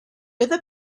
other